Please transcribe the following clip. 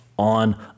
on